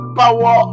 power